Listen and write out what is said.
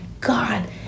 God